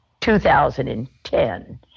2010